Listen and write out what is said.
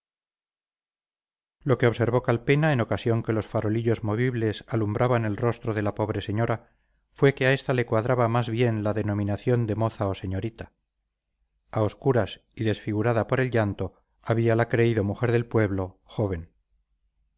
lo que observó calpena en ocasión que los farolillos movibles alumbraban el rostro de la pobre señora fue que a esta le cuadraba más bien la denominación de moza o señorita a obscuras y desfigurada por el llanto habíala creído mujer del pueblo joven